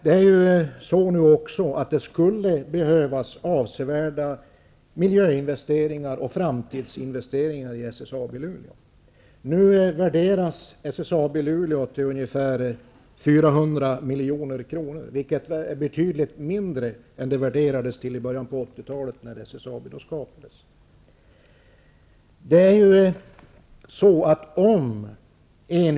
Det skulle nu också behövas avsevärda miljöinvesteringar och framtidsinvesteringar i SSAB Luleå. Nu värderas SSAB Luleå till ungefär 400 milj.kr., vilket är betydligt mindre än det värderades till i början av 80-talet, när SSAB skapades.